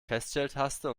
feststelltaste